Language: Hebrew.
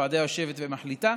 הוועדה יושבת ומחליטה,